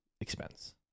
expense